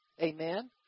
Amen